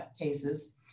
cases